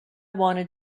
wanted